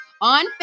on